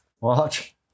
Watch